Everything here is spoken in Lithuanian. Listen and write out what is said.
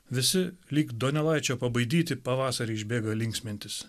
visi lyg donelaičio pabaidyti pavasarį išbėga linksmintis